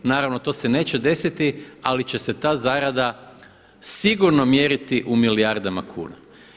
Naravno to se neće desiti, ali će se ta zarada sigurno mjeriti u milijardama kuna.